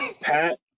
pat